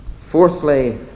Fourthly